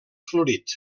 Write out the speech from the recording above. florit